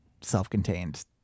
self-contained